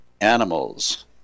animals